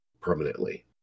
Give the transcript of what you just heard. permanently